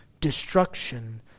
destruction